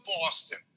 Boston